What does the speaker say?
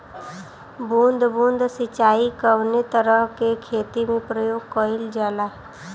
बूंद बूंद सिंचाई कवने तरह के खेती में प्रयोग कइलजाला?